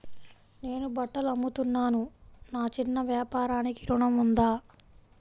నేను బట్టలు అమ్ముతున్నాను, నా చిన్న వ్యాపారానికి ఋణం ఉందా?